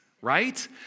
right